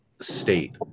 state